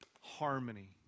Harmony